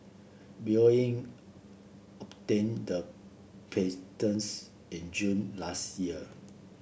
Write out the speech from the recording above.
Boeing obtained the in June last year